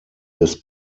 des